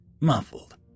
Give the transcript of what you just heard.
muffled